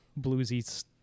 bluesy